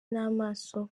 n’amaso